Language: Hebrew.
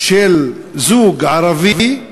של זוג ערבי,